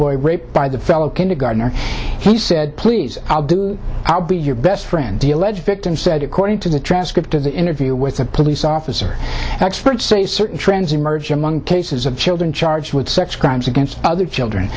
boy raped by the fellow kindergartener he said please i'll do it i'll be your best friend dia ledge victim said according to the transcript of the interview with a police officer experts say certain trends emerge among cases of children charged with sex crimes against other children